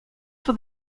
for